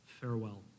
Farewell